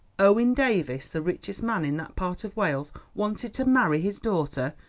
owen davies, the richest man in that part of wales, wanted to marry his daughter,